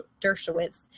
Dershowitz